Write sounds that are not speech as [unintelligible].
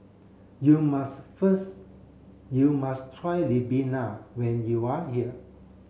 you must [unintelligible] you must try Ribena when you are here